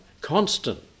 Constant